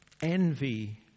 envy